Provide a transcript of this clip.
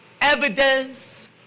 Evidence